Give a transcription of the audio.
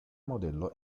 modello